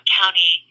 county